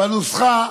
בנוסחה,